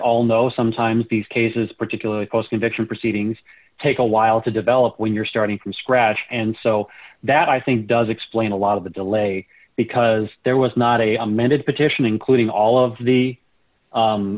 all know sometimes these cases particularly post conviction proceedings take a while to develop when you're starting from scratch and so that i think does explain a lot of the delay because there was not a amended petition including all of the